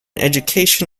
education